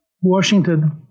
Washington